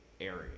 area